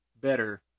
better